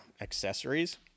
accessories